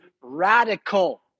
radical